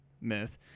myth